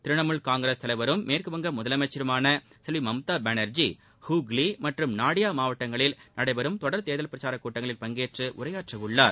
திரிணாமூல் காங்கிரஸ் தலைவரும் மேற்கு வங்க முதலமைச்சருமான செல்வி மம்தா பனோ்ஜி ஷுக்லி மற்றும் நாடியா மாவட்டங்களில் நடைபெறும் தொடர் தேர்தல் பிரச்சார கூட்டங்களில் பங்கேற்று உரையாற்ற உள்ளார்